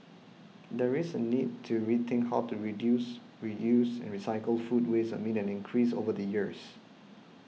there is a need to rethink how to reduce reuse and recycle food waste amid an increase over the years